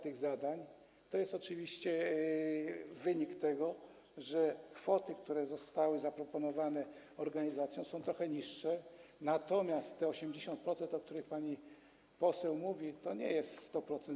To jest oczywiście wynik tego, że kwoty, które zostały zaproponowane organizacjom, są trochę niższe, natomiast 80%, o których pani poseł mówi, to nie jest 100%.